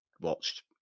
watched